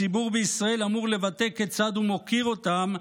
הציבור בישראל אמור לבטא כיצד הוא מוקיר אותם,